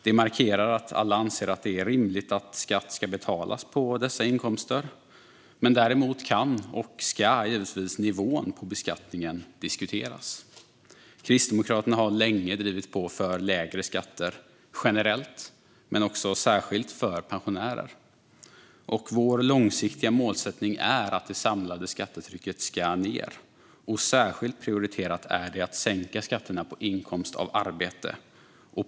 Detta markerar att alla anser att det är rimligt att skatt ska betalas på dessa inkomster. Ändring i skatteavtalet mellan Sverige och Portugal Däremot kan och ska nivån på beskattningen givetvis diskuteras. Kristdemokraterna har länge drivit på för lägre skatter, generellt men också särskilt för pensionärer. Vår långsiktiga målsättning är att det samlade skattetrycket ska ned. Särskilt prioriterat är det att sänka skatterna på inkomst av arbete.